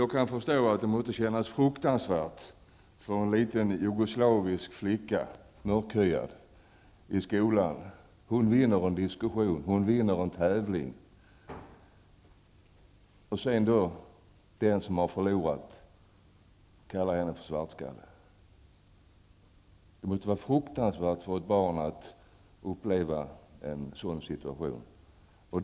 Jag kan förstå att det är fruktansvärt för en liten mörkhyad jugoslavisk flicka som i skolan går segrande ur en diskussion eller som vinner en tävling att sedan av den som har förlorat bli kallad för svartskalle. Det måste vara fruktansvärt för ett barn att behöva uppleva någonting sådant.